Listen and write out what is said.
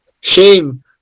Shame